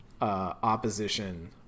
opposition